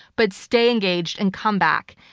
but stay engaged and come back.